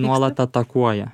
nuolat atakuoja